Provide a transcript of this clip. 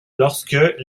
lorsque